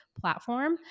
platform